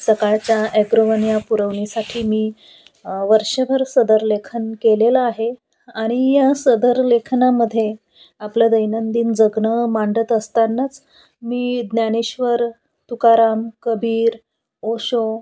सकाळच्या ॲग्रोवन या पुरवणीसाठी मी वर्षभर सदर लेखन केलेलं आहे आणि या सदर लेखनामध्ये आपलं दैनंदिन जगणं मांडत असतानाच मी ज्ञानेश्वर तुकाराम कबीर ओशो